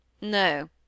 No